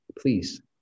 please